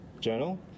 journal